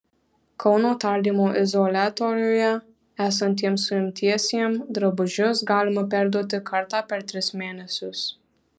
kauno tardymo izoliatoriuje esantiem suimtiesiem drabužius galima perduoti kartą per tris mėnesius